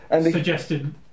suggested